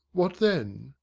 what then?